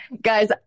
guys